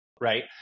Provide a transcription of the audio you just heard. right